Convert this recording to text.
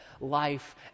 life